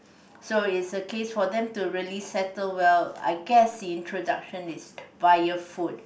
so it's a case for them to really settle well I guess the introduction is via food